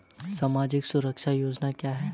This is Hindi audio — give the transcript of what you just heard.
सामाजिक सुरक्षा योजना क्या है?